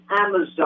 Amazon